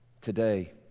Today